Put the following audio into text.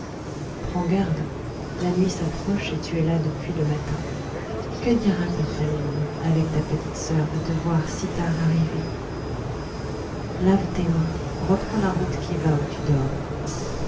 prends garde la nuit s'approche et tu es là depuis le matin que dira ta famille avec ta petite soeur de te voir si tard arriver lave tes mains reprends la route qui va où tu dors